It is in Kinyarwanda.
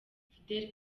fidel